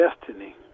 destiny